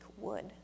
wood